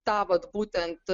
tą vat būtent